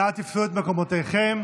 נא תפסו את מקומותיכם.